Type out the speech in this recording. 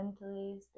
mentally